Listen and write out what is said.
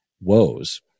woes